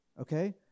okay